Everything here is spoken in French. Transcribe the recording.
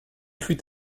fut